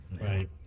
Right